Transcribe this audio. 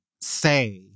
say